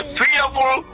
fearful